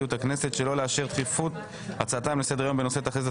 נשיאות הכנסת שלא לאשר דחיפות הצעתו לסדר-היום בנושא "תחזית